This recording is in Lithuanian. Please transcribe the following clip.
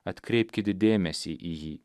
atkreipkit dėmesį į jį